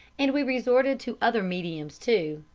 and we resorted to other mediums, too,